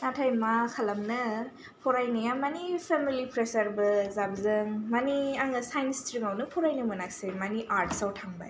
नाथाय मा खालामनो फरायनाया मानि फेमेलि प्रेसारबो जाबजों मानि आङो साइन्स स्थ्रिमआवनो फरायनो मोनासै मानि आर्ट्सआव थांबाय